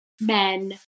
men